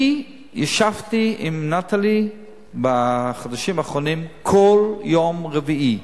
אני ישבתי עם "נטלי" בחודשים האחרונים כל יום רביעי,